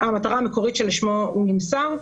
המטרה המקורית שלשמה הוא נמסר.